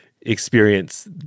experience